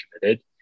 committed